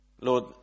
Lord